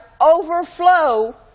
overflow